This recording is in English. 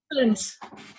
excellent